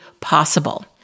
possible